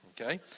okay